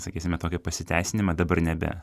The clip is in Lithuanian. sakysime tokį pasiteisinimą dabar nebe